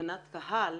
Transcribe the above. כתקנת "קהל",